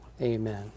Amen